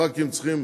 הח"כים צריכים